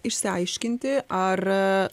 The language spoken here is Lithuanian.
išsiaiškinti ar